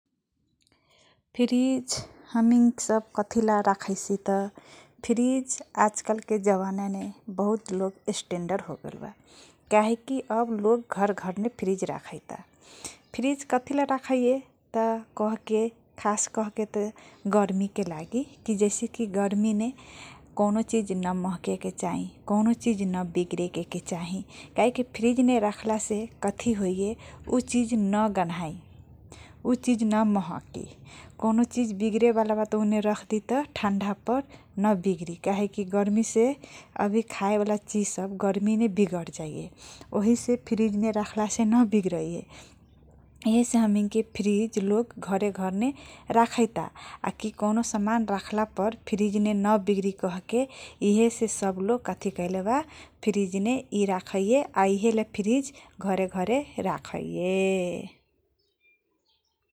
फ्रिज हमैन सब कथीला रखैसीत फिरिज आजकलके जमानाने बहुत लोग स्टेन्डर होगेलब । कहेकी अबलोग घर घरने फ्रिज रखैता । फ्रिज कथिला रखैए तह कहके खास कहकेत गरमिके लागि कि जैसेकी गर्मिमे कओनो चिज नमहकेकके चाहि कओनो चिज नबिगरेके चाहि । केहेकी फ्रिजमे राखलासे कथि होइए उचिज नगन्हाइ उचिज नमहकी कौनो चिज बिगरेबाला बात उने रखतीत ठान्डा पर नबिगरी काहेकी गरमिसे अभी खाएबाल चिजसब गर्मीमे बिगरजाइये । ओहीसे फ्रिजने राखलासे नबिगरइए इहेसे हमैनके फ्रिज लोग घरे घरने राखैता आकी कौने समान राखला पर फ्रिजमे नबिग्री कहके इहेसे सब लोग कथि कएलेबा फ्रिजने इराखैए । आ इहेला फ्रिज घरे घरे राखैए ।